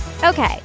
Okay